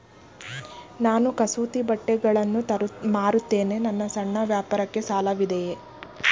ನಾನು ಕಸೂತಿ ಬಟ್ಟೆಗಳನ್ನು ಮಾರುತ್ತೇನೆ ನನ್ನ ಸಣ್ಣ ವ್ಯಾಪಾರಕ್ಕೆ ಸಾಲವಿದೆಯೇ?